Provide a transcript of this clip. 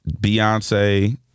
beyonce